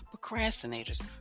Procrastinators